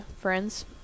friends